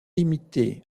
limitée